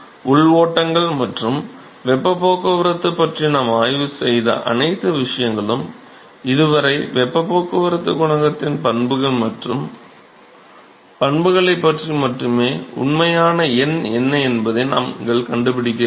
உள் ஓட்டங்கள் மூலம் வெப்பப் போக்குவரத்தைப் பற்றி நாம் ஆய்வு செய்த அனைத்து விஷயங்களும் இதுவரை வெப்பப் போக்குவரத்துக் குணகத்தின் பண்புகள் மற்றும் பண்புகளைப் பற்றி மட்டுமே உண்மையான எண் எது என்பதை நாங்கள் கண்டுபிடிக்கவில்லை